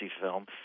film